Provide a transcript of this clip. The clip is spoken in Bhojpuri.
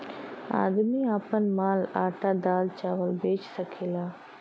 आदमी आपन माल आटा दाल चावल बेच सकेला